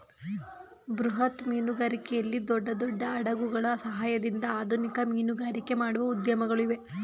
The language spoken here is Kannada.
ಬೃಹತ್ ಮೀನುಗಾರಿಕೆಯಲ್ಲಿ ದೊಡ್ಡ ದೊಡ್ಡ ಹಡಗುಗಳ ಸಹಾಯದಿಂದ ಆಧುನಿಕ ಮೀನುಗಾರಿಕೆ ಮಾಡುವ ಉದ್ಯಮಗಳು ಇವೆ